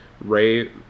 Ray